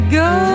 go